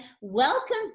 welcome